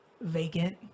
vacant